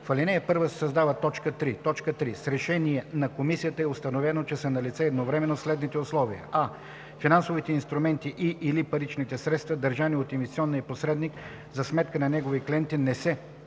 В ал. 1 се създава т. 3: „3. с решение на Комисията е установено, че са налице едновременно следните условия: а) финансовите инструменти и/или паричните средства, държани от инвестиционния посредник за сметка на негови клиенти, не са